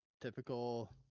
typical